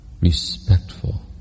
respectful